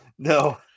No